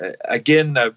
Again